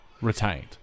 retained